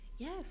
Yes